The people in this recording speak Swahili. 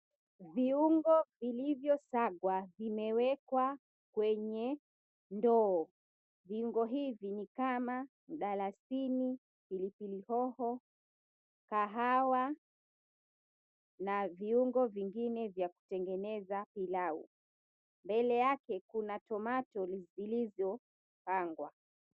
Viungo vilivyosagwa vimewekwa kwenye ndoo. Viungo hivi ni kama mdalasini, pilipili hoho, kahawa na viungo vingine vya kutengeneza pilau. Mbele yake kuna tomato zilizokaangwa.